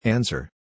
Answer